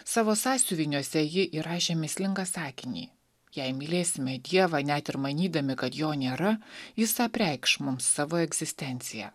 savo sąsiuviniuose ji įrašė mįslingą sakinį jei mylėsime dievą net ir manydami kad jo nėra jis apreikš mums savo egzistenciją